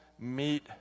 meet